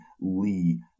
Lee